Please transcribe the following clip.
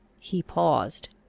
he paused.